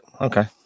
okay